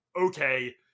okay